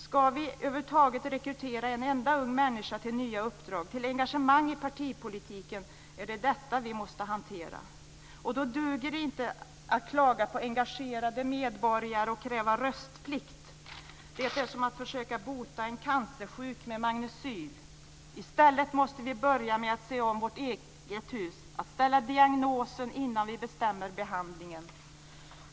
Ska vi över huvud taget rekrytera en enda ung människa till nya uppdrag, till engagemang i partipolitiken, är det detta som vi måste hantera. Och då duger det inte att klaga på oengagerade medborgare och kräva röstplikt. Det är som att försöka bota en cancersjuk med magnecyl. I stället måste vi börja med att se om vårt eget hus, att ställa diagnosen innan vi bestämmer behandlingen.